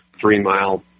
three-mile